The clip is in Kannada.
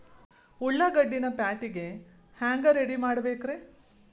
ಉಳ್ಳಾಗಡ್ಡಿನ ಪ್ಯಾಟಿಗೆ ಹ್ಯಾಂಗ ರೆಡಿಮಾಡಬೇಕ್ರೇ?